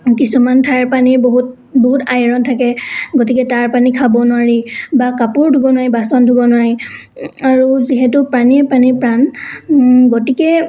কিছুমান ঠাইৰ পানী বহুত বহুত আইৰন থাকে গতিকে তাৰ পানী খাব নোৱাৰি বা কপোৰ ধোব নোৱাৰি বাচন ধুব নোৱাৰি আৰু যিহেতু পানীয়ে প্ৰাণীৰ প্ৰাণ গতিকে